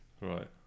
Right